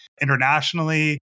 internationally